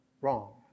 wrong